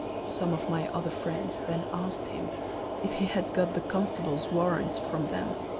some of my other friends then asked him if he had got the constable's warrant from them